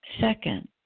Second